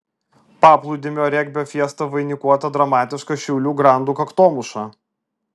paplūdimio regbio fiesta vainikuota dramatiška šiaulių grandų kaktomuša